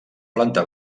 planta